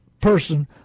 person